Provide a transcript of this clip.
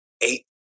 eight